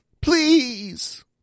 Please